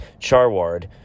Charward